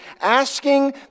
asking